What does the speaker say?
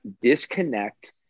disconnect